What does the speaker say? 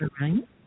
right